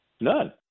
None